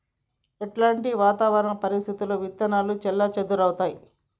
ఎలాంటి వాతావరణ పరిస్థితుల్లో విత్తనాలు చెల్లాచెదరవుతయీ?